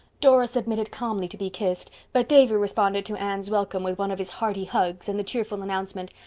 dora submitted calmly to be kissed, but davy responded to anne's welcome with one of his hearty hugs and the cheerful announcement,